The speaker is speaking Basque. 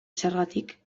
zergatik